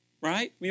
Right